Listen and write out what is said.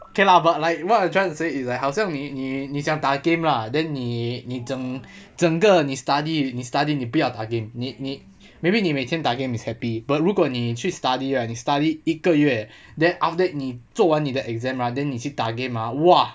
okay lah but like what I'm trying to say is like 好像你你你想打 game lah then 你你整整个你 study 你 study 你不要打 game 你你 maybe 你每天打 game is happy but 如果你去 study right 你 study 一个月 then after that 你做完你的 exam right then 你去打 game ah !wah!